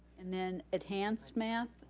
and then enhanced math,